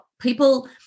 People